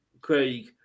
Craig